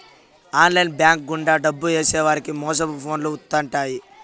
online bank గుండా డబ్బు ఏసేవారికి మోసపు ఫోన్లు వత్తుంటాయి